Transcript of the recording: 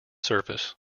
surface